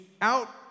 out